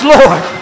Lord